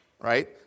Right